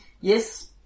Yes